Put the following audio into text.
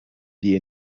die